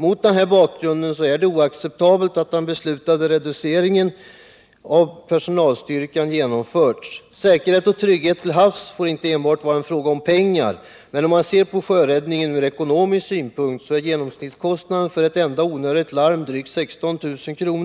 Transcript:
Mot denna bakgrund är det oacceptabelt att den beslutade reduceringen av personalstyrkan genomförs. Säkerhet och trygghet till havs får inte enbart vara en fråga om pengar. Men om man ser på sjöräddningen från ekonomisk synpunkt, finner man att genomsnittskostnaden för ett enda onödigt larm är drygt 16 000 kr.